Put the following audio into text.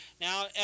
Now